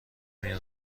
این